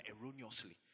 erroneously